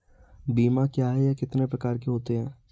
बीमा क्या है यह कितने प्रकार के होते हैं?